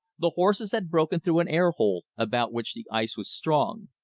the horses had broken through an air-hole, about which the ice was strong.